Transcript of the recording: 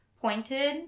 pointed